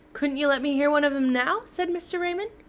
couldn't you let me hear one of them now? said mr. raymond.